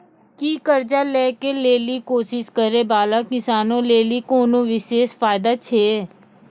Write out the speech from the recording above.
कि कर्जा लै के लेली कोशिश करै बाला किसानो लेली कोनो विशेष फायदा छै?